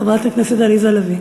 חברת הכנסת עליזה לביא.